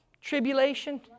tribulation